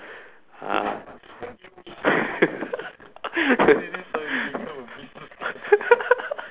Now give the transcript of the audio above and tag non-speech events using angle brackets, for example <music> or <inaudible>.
ah <laughs>